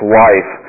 life